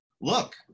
Look